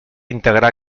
integrar